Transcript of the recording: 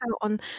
on